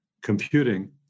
computing